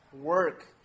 work